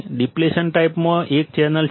depletion ટાઈપમાં એક channel છે